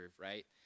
right